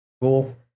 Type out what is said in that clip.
cool